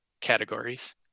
categories